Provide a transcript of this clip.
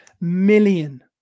million